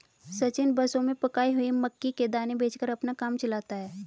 सचिन बसों में पकाई हुई मक्की के दाने बेचकर अपना काम चलाता है